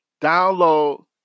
download